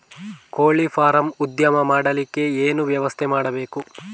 ಕೋಳಿ ಫಾರಂ ಉದ್ಯಮ ಮಾಡಲಿಕ್ಕೆ ಏನು ವ್ಯವಸ್ಥೆ ಮಾಡಬೇಕು?